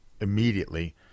immediately